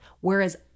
Whereas